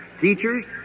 teachers